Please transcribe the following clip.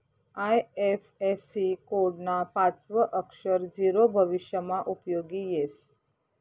IFSC code ना पाचवं अक्षर झीरो भविष्यमा उपयोगी येस